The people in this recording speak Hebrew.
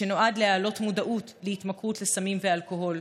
שנועד להעלות מודעות להתמכרות לסמים ואלכוהול,